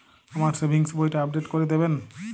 আমার সেভিংস বইটা আপডেট করে দেবেন?